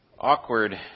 awkward